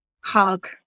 hug